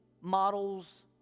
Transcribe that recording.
models